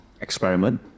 experiment